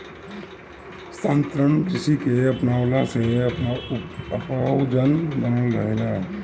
स्थानांतरण कृषि के अपनवला से उपजाऊपन बनल रहेला